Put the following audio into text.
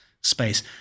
space